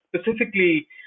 specifically